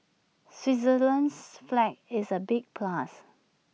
Switzerland's flag is A big plus